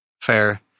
fair